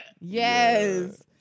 Yes